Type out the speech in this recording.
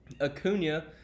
Acuna